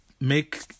make